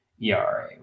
ERA